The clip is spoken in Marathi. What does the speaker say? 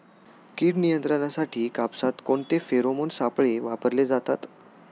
कीड नियंत्रणासाठी कापसात कोणते फेरोमोन सापळे वापरले जातात?